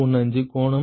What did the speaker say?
615 கோணம் மைனஸ் 67